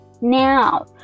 Now